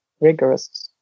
rigorous